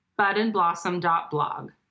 budandblossom.blog